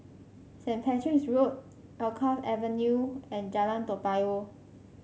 Saint Patrick's Road Alkaff Avenue and Jalan Toa Payoh